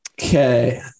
Okay